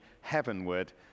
heavenward